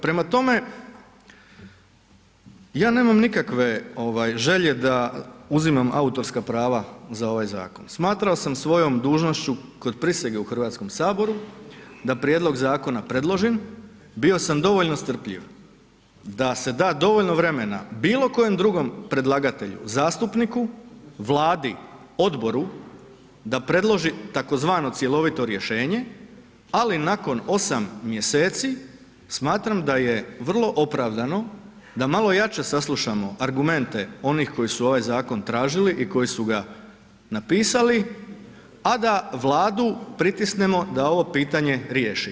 Prema tome, ja nemam nikakve želje da uzimam autorska prava za ovaj zakon, smatrao sam svojom dužnošću kod prisege u Hrvatskom saboru da prijedlog zakona predložim, bio sam dovoljno strpljiv da se da dovoljno vremena bilo koje drugom predlagatelju zastupniku, vladi, odboru da predloži tzv. cjelovito rješenje, ali nakon 8 mjeseci smatram da je vrlo opravdano da malo jače saslušamo argumente onih koji su ovaj zakon tražili i koji su ga napisali, a da vladu pritisnemo da ovo pitanje riješi.